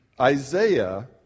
Isaiah